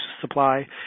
supply